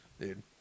Dude